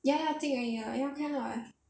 ya ya think already ya can [what]